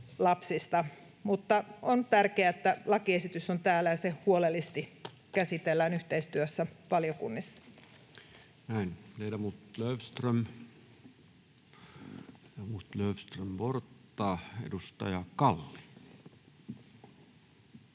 On tärkeää, että lakiesitys on täällä ja se huolellisesti käsitellään valiokunnissa yhteistyössä.